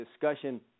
discussion